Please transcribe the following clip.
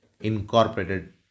incorporated